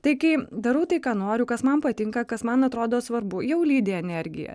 tai kai darau tai ką noriu kas man patinka kas man atrodo svarbu jau lydi energija